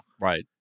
Right